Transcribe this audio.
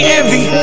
envy